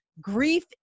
Grief